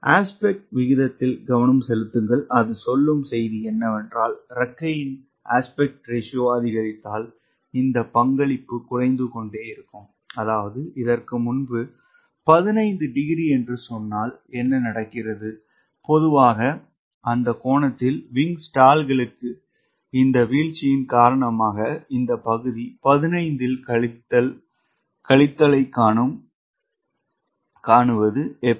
aspect விகிதத்தில் கவனம் செலுத்துங்கள் அது சொல்லும் செய்தி என்னவென்றால் இறக்கையின் விகித விகிதம் அதிகரித்தால் இந்த பங்களிப்பு குறைந்து கொண்டே செல்லும் அதாவது இதற்கு முன்பு 15 டிகிரி என்று சொன்னால் என்ன நடக்கிறது பொதுவாக அந்த கோணத்தில் விங் ஸ்டால்களுக்கு இந்த வீழ்ச்சியின் காரணமாக இந்த பகுதி 15 கழித்தல் ஐக் காணும் 𝜖